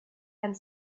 and